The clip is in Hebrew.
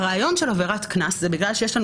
הרעיון של עבירת קנס זה בגלל שיש לנו